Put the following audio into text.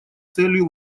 целью